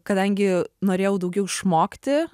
kadangi norėjau daugiau išmokti